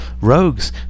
rogues